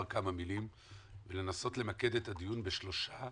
כמה מילים ולנסות למקד את הדיון בשלושה